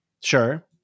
Sure